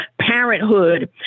parenthood